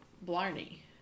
Blarney